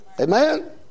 Amen